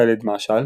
ח'אלד משעל,